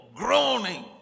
groaning